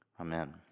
Amen